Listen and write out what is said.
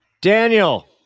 Daniel